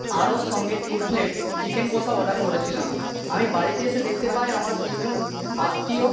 আরও সঙ্গে তিন প্লেট চিকেন কষা অর্ডার করেছিলাম আমি বাড়িতে এসে দেখতে পাই আমার তিনজন আত্মীয়